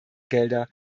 gelder